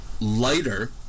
lighter